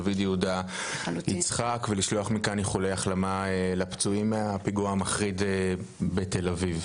דוד יהודה יצחק ולשלוח מכאן החלמה לפצועים מהפיגוע המחריד בתל אביב.